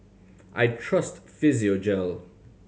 I trust Physiogel